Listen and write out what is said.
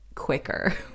Quicker